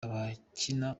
abakina